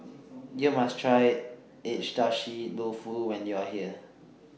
YOU must Try Agedashi Dofu when YOU Are here